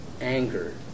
anger